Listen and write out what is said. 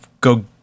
go